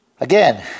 Again